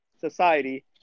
society